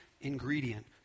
ingredient